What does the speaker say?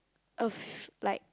of like